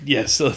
Yes